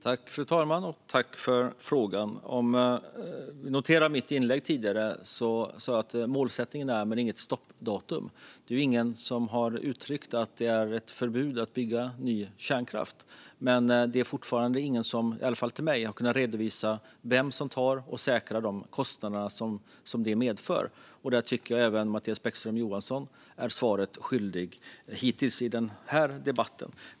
Fru talman! Jag tackar för frågan. I mitt tidigare inlägg sa jag att det är en målsättning men inget stoppdatum. Det är ingen som har uttryckt att det är förbud mot att bygga ny kärnkraft. Fortfarande är det ingen som har kunnat redovisa vem som tar och säkrar de kostnader det medför, i alla fall inte för mig. Där tycker jag att även Mattias Bäckström Johansson är svaret skyldig, hittills i denna debatt.